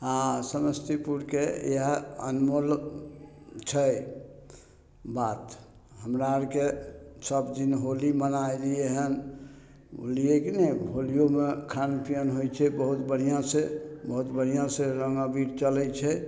हँ समस्तीपुरके इएह अनमोल छै बात हमरा आरके सब दिन होली मना अयलियै हन बुढलियै की नहि होलीमे खान पीयन होइ छै बहुत बढ़िआँसँ बहुत बढ़िआँसँ रङ्ग अबीर चलय छै